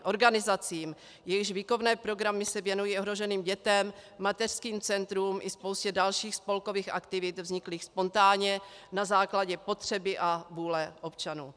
Organizacím, jejichž výchovné programy se věnují ohroženým dětem, mateřským centrům i spoustě dalších spolkových aktivit vzniklých spontánně na základě potřeby a vůle občanů.